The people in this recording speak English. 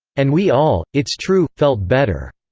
and we all it's true felt better.